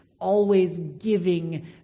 always-giving